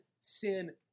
sin